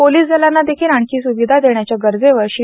police दलांना देखील आणखी स्विधा देण्याच्या गरजेवर श्री